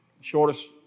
Shortest